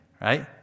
right